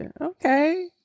Okay